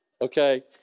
okay